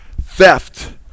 theft